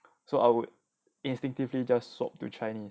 so I would instinctively just swap to chinese